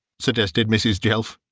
suggested mrs. jelf.